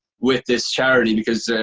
with this charity, because,